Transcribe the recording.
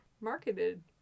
marketed